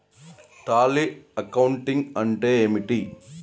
Tally accounting అంటే ఏమిటి?